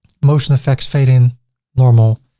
motion effects fade in normal,